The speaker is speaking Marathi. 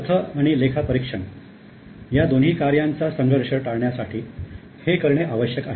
अर्थ आणि लेखापरीक्षण या दोन्ही कार्यांचा संघर्ष टाळण्यासाठी हे आवश्यक आहे